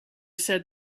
said